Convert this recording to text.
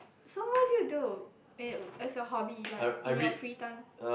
so what did you do in as your hobby like in your free time